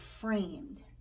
framed